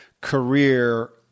career